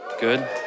Good